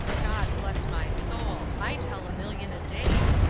god bless my soul! i tell a million a day!